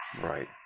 Right